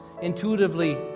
intuitively